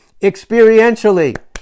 experientially